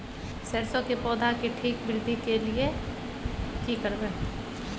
सरसो के पौधा के ठीक वृद्धि के लिये की करबै?